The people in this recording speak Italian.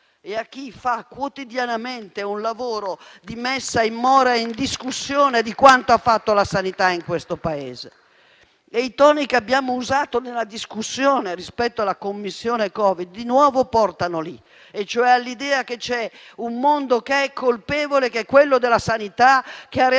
e a chi fa quotidianamente un lavoro di messa in mora e in discussione di quanto ha fatto la sanità in questo Paese. I toni che abbiamo usato nella discussione rispetto alla Commissione Covid di nuovo portano lì, cioè all'idea che c'è un mondo che è colpevole, quello della sanità, che ha reagito